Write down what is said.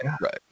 right